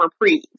reprieve